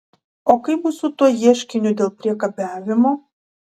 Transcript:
o kaip bus su tuo ieškiniu dėl priekabiavimo